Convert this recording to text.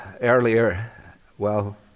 earlier—well